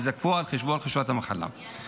ייזקפו על חשבון חופשת המחלה.